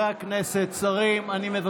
דברי הכנסת א / מושב ראשון / ישיבות א'-ב'